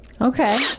Okay